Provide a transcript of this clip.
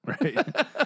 right